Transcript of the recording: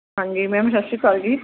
ਹਾਂਜੀ ਮੈਮ ਸਤਿ ਸ਼੍ਰੀ ਅਕਾਲ ਜੀ